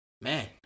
Man